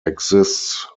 exists